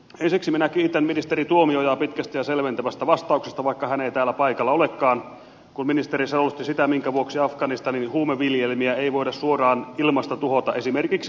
ensiksi minä kiitän ministeri tuomiojaa pitkästä ja selventävästä vastauksesta vaikka hän ei täällä paikalla olekaan kun ministeri selosti sitä minkä vuoksi afganistanin huumeviljelmiä ei voida suoraan ilmasta tuhota esimerkiksi myrkyttämällä